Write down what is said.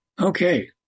Okay